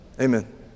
Amen